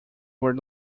were